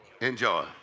Enjoy